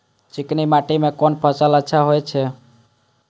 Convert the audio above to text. चिकनी माटी में कोन फसल अच्छा होय छे?